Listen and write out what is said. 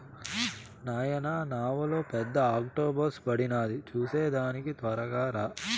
నాయనా నావలో పెద్ద ఆక్టోపస్ పడినాది చూసేదానికి తొరగా రా